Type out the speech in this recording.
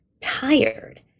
tired